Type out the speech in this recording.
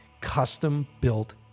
custom-built